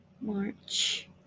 march